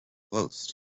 close